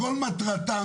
תחרות,